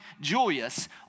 Julius